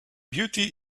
beauty